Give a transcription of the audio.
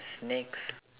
snakes